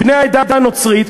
בני העדה הנוצרית,